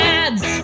ads